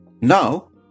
Now